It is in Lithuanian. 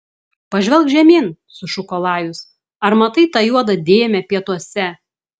pažvelk žemyn sušuko lajus ar matai tą juodą dėmę pietuose